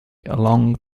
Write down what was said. along